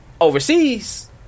overseas